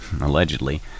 allegedly